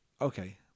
Okay